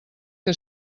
que